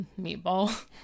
Meatball